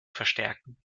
verstärken